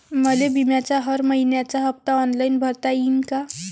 मले बिम्याचा हर मइन्याचा हप्ता ऑनलाईन भरता यीन का?